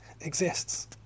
exists